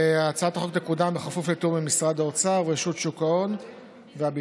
והצעת החוק תקודם בכפוף לתיאום עם משרד האוצר ורשות שוק ההון והביטוח.